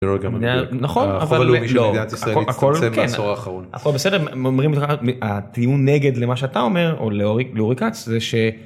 נכון נכון נכון. הטיעון נגד מה שאתה אומר או לאורי כץ זה ש